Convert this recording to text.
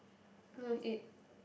no it